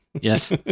Yes